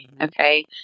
Okay